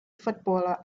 footballer